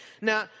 Now